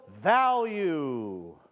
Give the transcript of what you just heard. value